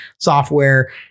software